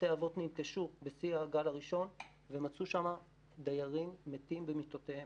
בתי האבות ננטשו בשיא הגל הראשון ומצאו שם דיירים מתים במיטותיהם.